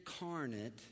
incarnate